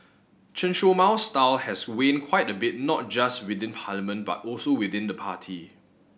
Chen Show Mao's style has waned quite a bit not just within parliament but also within the party